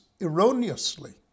erroneously